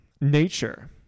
nature